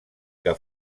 que